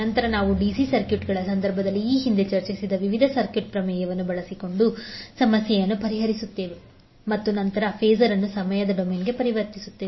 ನಂತರ ನಾವು ಡಿಸಿ ಸರ್ಕ್ಯೂಟ್ಗಳ ಸಂದರ್ಭದಲ್ಲಿ ಈ ಹಿಂದೆ ಚರ್ಚಿಸಿದ ವಿವಿಧ ಸರ್ಕ್ಯೂಟ್ ಪ್ರಮೇಯವನ್ನು ಬಳಸಿಕೊಂಡು ಸಮಸ್ಯೆಯನ್ನು ಪರಿಹರಿಸುತ್ತೇವೆ ಮತ್ತು ನಂತರದ ಫಾಸರ್ ಅನ್ನು ಸಮಯದ ಡೊಮೇನ್ಗೆ ಪರಿವರ್ತಿಸುತ್ತೇವೆ